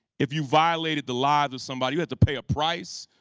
if you violated the life of somebody you had to pay a price.